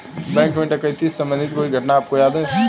Bank में डकैती से संबंधित कोई घटना आपको याद है?